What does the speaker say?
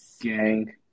Gang